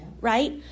Right